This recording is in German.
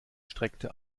streckte